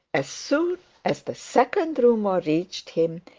as soon as the second rumour reached him,